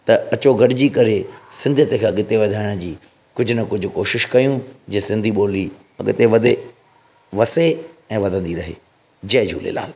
त अचो गॾिजी करे सिंधियति खे अॻिते वधाइण जी कुझु न कुझु कोशिशि करियूं जे सिंधी ॿोली अॻिते वधे वसे ऐं वधंदी रहे जय झूलेलाल